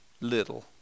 little